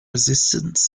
resistance